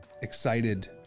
excited